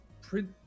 print